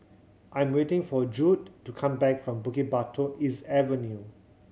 I'm waiting for Judd to come back from Bukit Batok East Avenue